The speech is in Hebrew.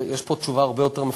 יש פה תשובה הרבה יותר מפורטת,